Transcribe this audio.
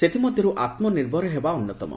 ସେଥିମଧ୍ୟରୁ ଆତ୍ମନିର୍ଭର ହେବା ଅନ୍ୟତମ